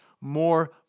more